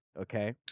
Okay